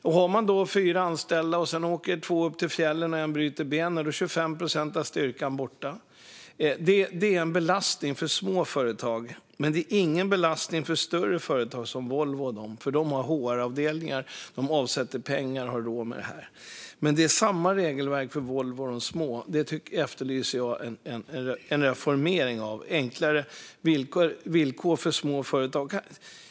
Om två av fyra anställda åker upp till fjällen och en bryter benet är 25 procent av styrkan borta. Detta är en belastning för små företag, men det är ingen belastning för större företag som Volvo och de andra. De har nämligen HR-avdelningar, och de avsätter pengar så att de har råd med detta. Men det är samma regelverk för Volvo som för de små företagen, och där efterlyser jag en reformering. Det behöver bli enklare villkor för små företag.